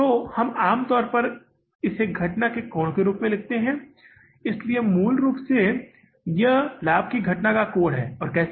तो हम आम तौर पर इसे घटना के कोण के रूप में लिखते हैं इसलिए मूल रूप से यह लाभ की घटना का कोण है और कैसे